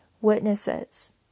witnesses